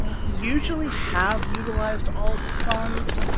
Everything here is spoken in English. usually have utilized all of the funds.